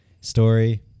story